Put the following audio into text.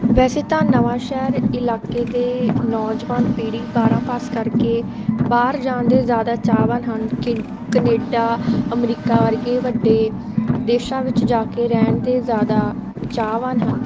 ਵੈਸੇ ਤਾਂ ਨਵਾਂਸ਼ਹਿਰ ਇਲਾਕੇ ਦੇ ਨੌਜਵਾਨ ਪੀੜ੍ਹੀ ਬਾਰ੍ਹਾਂ ਪਾਸ ਕਰਕੇ ਬਾਹਰ ਜਾਣ ਦੇ ਜ਼ਿਆਦਾ ਚਾਹਵਾਨ ਹਨ ਕਿ ਕਨੇਡਾ ਅਮਰੀਕਾ ਵਰਗੇ ਵੱਡੇ ਦੇਸ਼ਾਂ ਵਿੱਚ ਜਾ ਕੇ ਰਹਿਣ ਦੇ ਜ਼ਿਆਦਾ ਚਾਹਵਾਨ ਹਨ